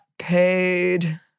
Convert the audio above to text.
Paid